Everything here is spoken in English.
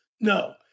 No